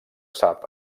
sap